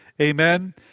amen